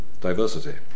diversity